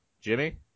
Jimmy